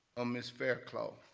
ah ms. fairclough,